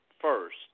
first